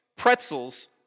pretzels